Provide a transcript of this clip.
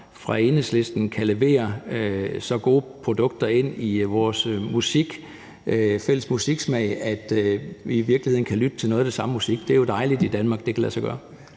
fra Enhedslisten kan levere så gode produkter til vores fælles musiksmag, altså at vi i virkeligheden kan lytte til noget af det samme musik. Det er jo dejligt, at det kan lade sig gøre